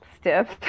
stiff